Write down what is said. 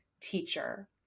Teacher